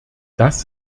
das